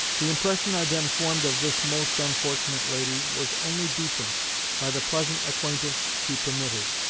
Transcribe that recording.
the impression i then formed of this most unfortunate lady was only deepened by the pleasant acquaintance she permitted,